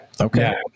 Okay